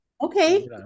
Okay